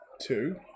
two